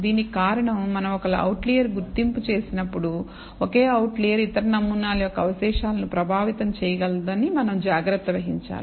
దీనికి కారణం మనం ఒక ఔట్లియర్ గుర్తింపు చేసినప్పుడు ఒకే అవుట్లియర్ ఇతర నమూనాల యొక్క అవశేషాలను ప్రభావితం చేయగలదని మనం జాగ్రత్త వహించాలి